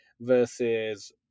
versus